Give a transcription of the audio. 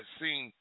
seen